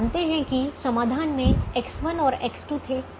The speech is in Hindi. हम जानते हैं कि समाधान में X1 और X2 थे